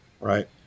right